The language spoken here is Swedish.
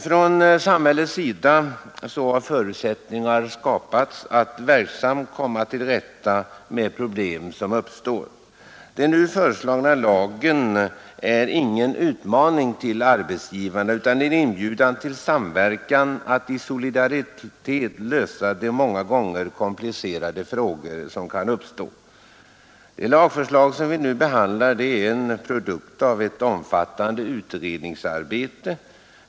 Från samhällets sida har förutsättningar skapats att verksamt komma till rätta med problem som uppstår. Den nu föreslagna lagen är ingen utmaning till arbetsgivarna utan en inbjudan till samverkan att i solidaritet lösa de många gånger komplicerade frågor som kan uppstå. De lagförslag som vi nu behandlar är en produkt av ett omfattande utredningsarbete.